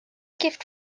gift